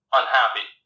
unhappy